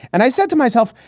and i said to myself,